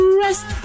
rest